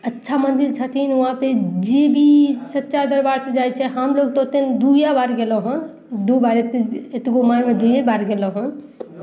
अच्छा मन्दिर छथिन हुआँ पे जे भी सच्चा दरबारसँ जाइ छै हमलोग तऽ ओतय दुइए बार गयलहुँ हेँ दू बार एतेक अतबो उमरमे दुइए बार गयलहुँ हेँ